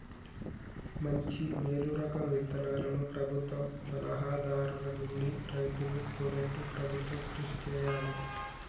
మంచి మేలు రకం విత్తనాలను ప్రభుత్వ సలహా దారుల నుండి రైతులు కొనేట్టు ప్రభుత్వం కృషి చేయాలే